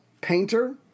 painter